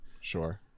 Sure